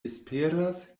esperas